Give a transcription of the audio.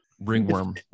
ringworm